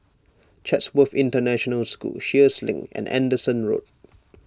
Chatsworth International School Sheares Link and Anderson Road